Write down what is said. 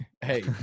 Hey